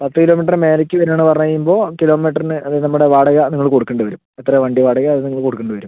പത്ത് കിലോമീറ്ററിന് മേലെക്ക് വരണമെന്ന് പറഞ്ഞ് കഴിയുമ്പോൾ കിലോമീറ്ററിന് അത് നമ്മുടെ വാടക നിങ്ങള് കൊടുക്കേണ്ടി വരും എത്ര വണ്ടി വാടകയാണ് അത് നിങ്ങള് കൊടുക്കേണ്ടി വരും